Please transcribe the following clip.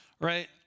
right